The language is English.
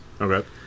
Okay